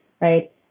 right